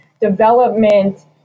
development